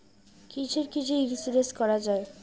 কিসের কিসের ইন্সুরেন্স করা যায়?